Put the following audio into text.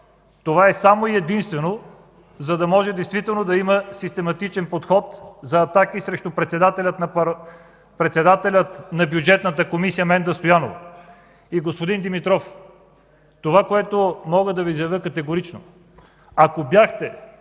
това е само и единствено о, за да може действително да има систематичен подход за атаки срещу председателя на Бюджетната комисия Менда Стоянова. Господин Димитров, това, което мога да Ви заявя категорично: ако бяхте